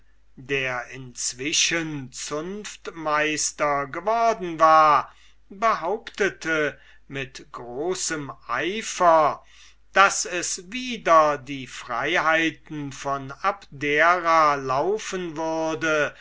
der inzwischen zunftmeister worden war behauptete mit großem eifer daß es wider die freiheit von abdera laufen würde